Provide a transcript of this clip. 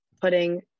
putting